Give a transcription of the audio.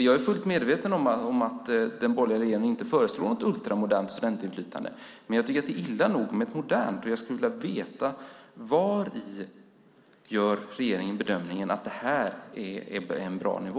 Jag är fullt medveten om att den borgerliga regeringen inte föreslår något ultramodernt studentinflytande, men jag tycker att det är illa nog med ett modernt. Jag skulle vilja veta: Hur gör regeringen bedömningen att det här är en bra nivå?